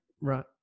Right